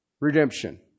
Redemption